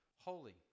holy